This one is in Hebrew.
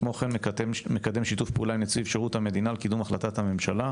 כמו כן מקדם שיתוף פעולה עם נציב שירות המדינה על קידום החלטת הממשלה,